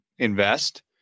invest